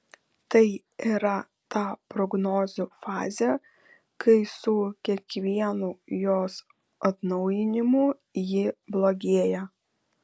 tai yra ta prognozių fazė kai su kiekvienu jos atnaujinimu ji blogėja